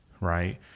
right